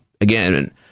again